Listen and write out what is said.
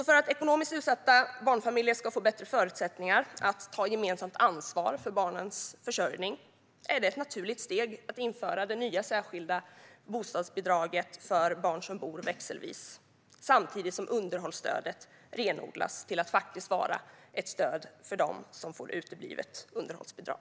För att ekonomiskt utsatta familjer ska få bättre förutsättningar att ta gemensamt ansvar för barnens försörjning är det ett naturligt steg att införa det nya särskilda bostadsbidraget för barn som bor växelvis samtidigt som underhållsstödet renodlas till att faktiskt vara ett stöd för dem som får uteblivet underhållsbidrag.